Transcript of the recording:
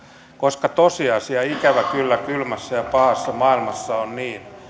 koska tosiasia ikävä kyllä kylmässä ja pahassa maailmassa on se